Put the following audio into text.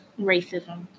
Racism